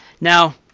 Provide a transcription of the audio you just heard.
Now